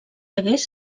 hagués